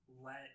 let